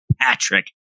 Patrick